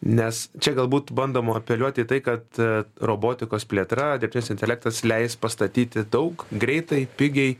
nes čia galbūt bandoma apeliuoti į tai kad robotikos plėtra dirbtinis intelektas leis pastatyti daug greitai pigiai